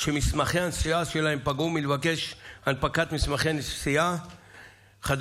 שמסמכי הנסיעה שלהם פקעו מלבקש הנפקת מסמכי נסיעה חדשים,